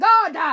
God